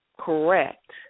correct